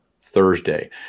Thursday